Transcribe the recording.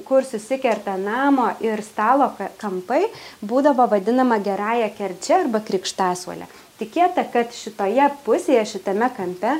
kur susikerta namo ir stalo kampai būdavo vadinama gerąja kerčia arba krikštasuole tikėta kad šitoje pusėje šitame kampe